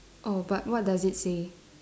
oh but what does it say